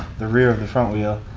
the rear of the front wheel.